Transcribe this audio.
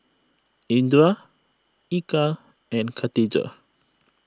Indra Eka and Katijah